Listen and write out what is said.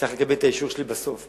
צריך לקבל את האישור שלי בסוף.